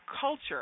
culture